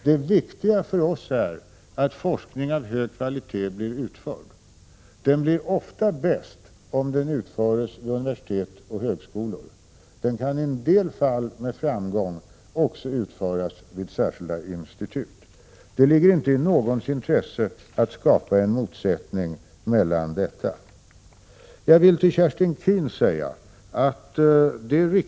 Det viktiga för oss är att forskning av hög kvalitet blir utförd. Den blir ofta bäst om den utförs vid universitet och högskolor. Den kan i en del fall med framgång också utföras vid särskilda institut. Det ligger inte i någons intresse att här skapa en motsättning. Till Kerstin Keen vill jag säga att det är riktigt att universiteten och Prot.